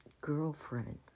girlfriend